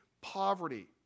poverty